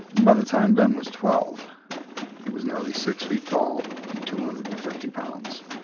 and by the time ben was twelve he was nearly six feet tall and two hundred and fifty pounds,